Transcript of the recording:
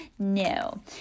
No